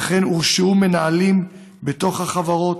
כמו כן הורשעו מנהלים בתוך החברות,